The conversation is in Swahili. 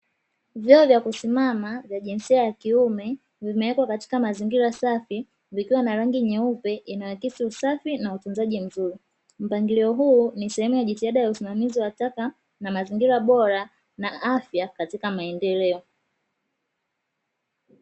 Vyoo vya kusimama vya jinsia ya kiume vimewekwa katika mazingira safi vikiwa na rangi nyeupe inaakisi usafi na utunzaji mzuri, mpangilio huu ni sehemu ya jitihada ya usimamizi wa taka na mazingira bora na afya katika maendeleo.